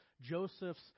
Joseph's